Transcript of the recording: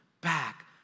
back